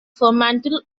fremantle